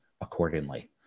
accordingly